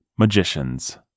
magician's